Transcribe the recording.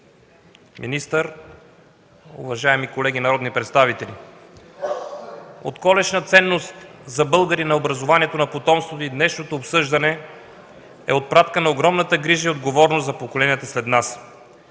министър, уважаеми колеги народни представители! Отколешна ценност за българина е образованието на потомството и днешното обсъждане е отпратка на огромната грижа и отговорност за поколенията след нас.